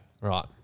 Right